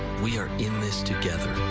we are in this together.